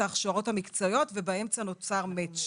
ההכשרות המקצועיות ובאמצע נוצרת התאמה.